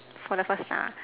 for the first time